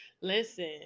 Listen